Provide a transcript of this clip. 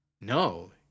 No